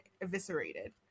eviscerated